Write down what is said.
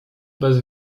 bez